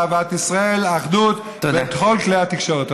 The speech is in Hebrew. אהבת ישראל ואחדות בכל כלי התקשורת.